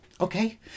okay